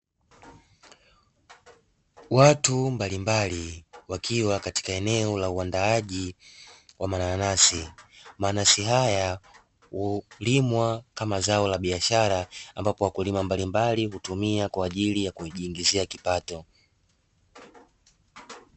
Watu mbalimbali, wakiwa katika eneo la uandaaji wa mananasi. Mananasi haya hulimwa kama zao la biashara, ambapo wakulima mbalimbali hutumia kwa ajili ya kujiingizia kipato.